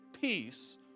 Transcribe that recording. peace